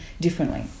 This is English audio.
differently